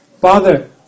Father